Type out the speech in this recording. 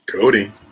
Cody